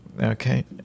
okay